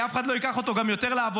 כי אף אחד לא ייקח אותו גם יותר לעבודה.